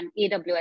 AWS